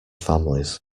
families